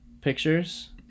pictures